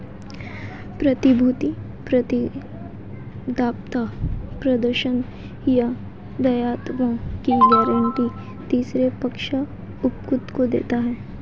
प्रतिभूति प्रतिज्ञापत्र प्रदर्शन या दायित्वों की गारंटी तीसरे पक्ष उपकृत को देता है